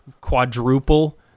quadruple